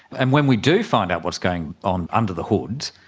and when we do find out what's going on under the hood,